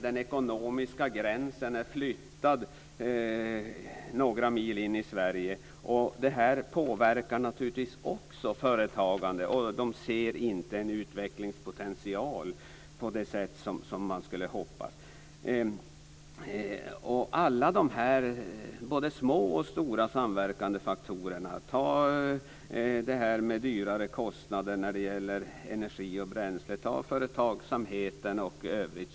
Den ekonomiska gränsen är flyttad några mil in i Sverige. Det här påverkar naturligtvis också företagandet. Företagarna ser inte en utvecklingspotential på det sätt som man skulle hoppats. Alla dessa både små och stora faktorer samverkar. Ta större kostnader när det gäller energi och bränsle. Ta företagsamheten och övrigt.